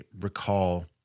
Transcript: recall